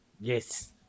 Yes